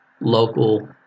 local